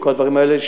וכל הדברים האלה.